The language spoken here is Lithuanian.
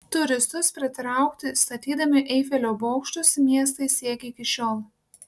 turistus pritraukti statydami eifelio bokštus miestai siekia iki šiol